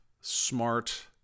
smart